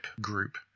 group